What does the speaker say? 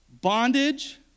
Bondage